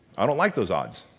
i don't like those odds.